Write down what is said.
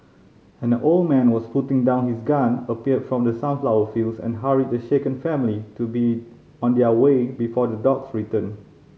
and old man was putting down his gun appeared from the sunflower fields and hurried the shaken family to be on their way before the dogs return